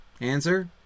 Answer